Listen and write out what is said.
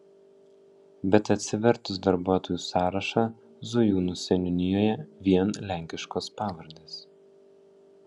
bet atsivertus darbuotojų sąrašą zujūnų seniūnijoje vien lenkiškos pavardes